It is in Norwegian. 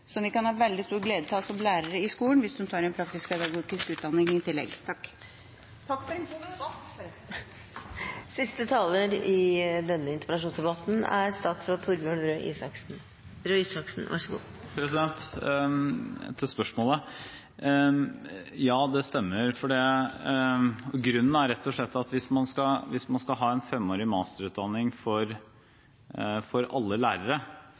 vi kan ha veldig stor glede av som lærere i skolen, hvis de tar en praktisk-pedagogisk utdanning i tillegg. Takk for en god debatt, forresten. Til spørsmålet: Ja, det stemmer, og grunnen er rett og slett at hvis man skal ha en femårig masterutdanning for alle lærere,